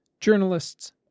journalists